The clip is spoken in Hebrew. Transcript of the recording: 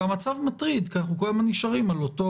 והמצב מטריד כי אנחנו כל הזמן נשארים על אותו